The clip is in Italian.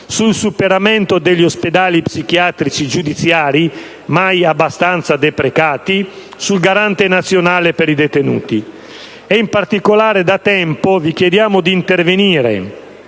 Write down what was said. sul superamento degli ospedali psichiatrici giudiziari, mai abbastanza deprecati, sul Garante nazionale per i detenuti. In particolare, da tempo, vi chiediamo di intervenire